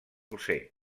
josé